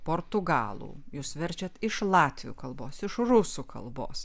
portugalų jūs verčiat iš latvių kalbos iš rusų kalbos